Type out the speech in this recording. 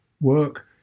work